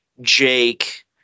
Jake